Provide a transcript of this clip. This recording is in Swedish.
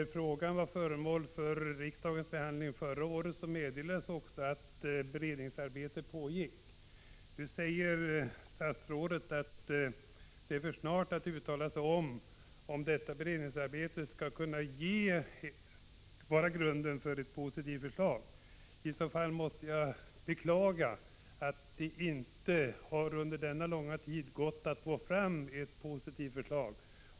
När frågan förra året var föremål för riksdagens behandling meddelades att beredningsarbete pågick. Nu säger statsrådet att det är för tidigt att uttala sig om huruvida detta beredningsarbete skall kunna utgöra grunden för ett positivt förslag. Jag beklagar att det under denna långa tid inte har gått att få fram ett positivt förslag.